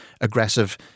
aggressive